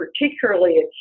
particularly